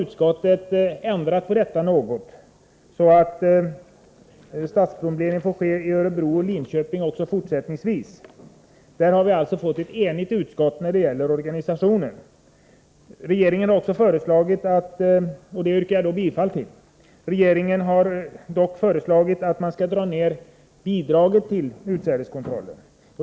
Utskottet har ändrat något på förslaget, så att statsplombering föreslås få ske i Örebro och Linköping också fortsättningsvis. Utskottet är alltså enigt när det gäller organisationen. Jag yrkar bifall till utskottets hemställan på denna punkt. Regeringen har dock föreslagit att man skall sänka bidraget till utsädeskontrollen.